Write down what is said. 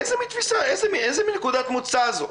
איזו מין נקודת מוצא זאת?